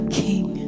king